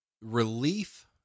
relief